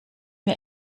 mir